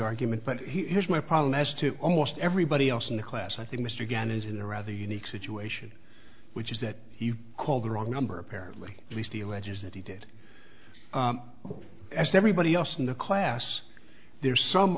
argument but here's my problem as to almost everybody else in the class i think mr again is in the rather unique situation which is that he called the wrong number apparently resteal edges and he did everybody else in the class there's some